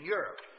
Europe